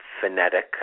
phonetic